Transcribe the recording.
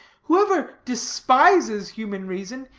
whoever despises human reason,